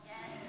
Yes